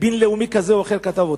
בין-לאומי כזה או אחר כתב אותו,